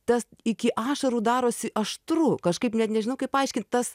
tas iki ašarų darosi aštru kažkaip net nežinau kaip paaiškint tas